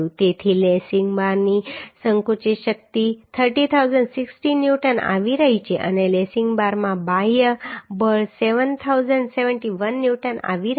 તેથી લેસિંગ બારની સંકુચિત શક્તિ 30060 ન્યૂટન આવી રહી છે અને લેસિંગ બારમાં બાહ્ય બળ 7071 ન્યૂટન આવી રહ્યું છે